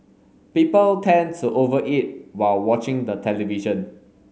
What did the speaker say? people tend to over eat while watching the television